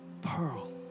pearl